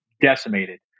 decimated